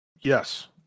Yes